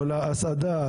כל ההסעדה,